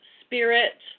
spirit